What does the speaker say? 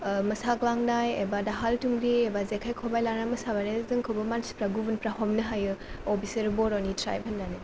ओ मोसाग्लांनाय एबा दाहाल थुंग्रि एबा जेखाय खबाय लानानै मोसाबानो जोंखौबो मानसिफ्रा गुबुनफ्रा हमनो हायो अ' बिसोरो बर'नि ट्राइब होननानै